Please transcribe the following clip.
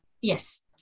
Yes